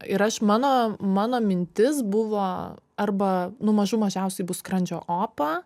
ir aš mano mano mintis buvo arba nu mažų mažiausiai bus skrandžio opa